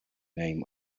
name